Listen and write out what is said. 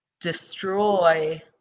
destroy